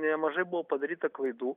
nemažai buvo padaryta klaidų